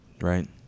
Right